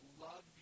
love